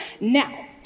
Now